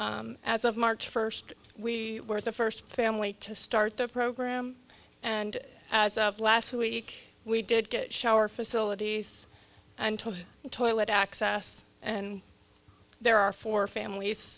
bills as of march first we were the first family to start the program and as of last week we did get a shower facilities i'm told toilet access and there are four families